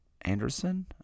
Anderson